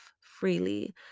freely